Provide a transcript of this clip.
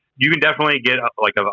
you can definitely get, like, ah